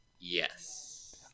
yes